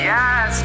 Yes